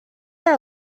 are